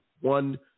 one